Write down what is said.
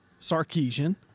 Sarkeesian